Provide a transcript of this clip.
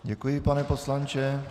Děkuji, pane poslanče.